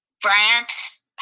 France